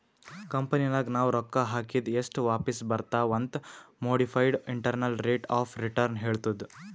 ಕಂಪನಿನಾಗ್ ನಾವ್ ರೊಕ್ಕಾ ಹಾಕಿದ್ ಎಸ್ಟ್ ವಾಪಿಸ್ ಬರ್ತಾವ್ ಅಂತ್ modified internal rate of return ಹೇಳ್ತುದ್